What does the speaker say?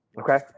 Okay